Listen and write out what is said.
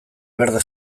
berde